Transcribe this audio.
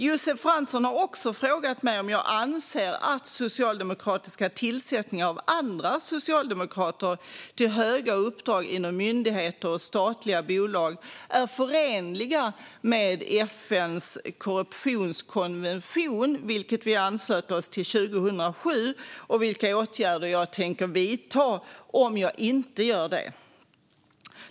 Josef Fransson har också frågat mig om jag anser att socialdemokratiska tillsättningar av andra socialdemokrater till höga uppdrag inom myndigheter och statliga bolag är förenliga med FN:s korruptionskonvention, vilken vi anslöt oss till 2007, och vilka åtgärder jag tänker vidta om jag inte gör det.